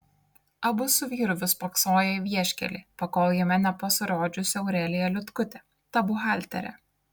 abu su vyru vis spoksoję į vieškelį pakol jame nepasirodžiusi aurelija liutkutė ta buhalterė